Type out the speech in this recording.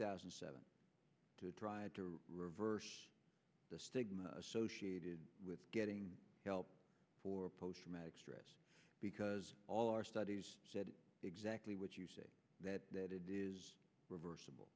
thousand and seven to try to reverse the stigma associated with getting help for post traumatic stress because all our studies said exactly what you say that that is reversible